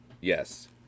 Yes